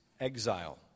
exile